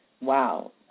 Wow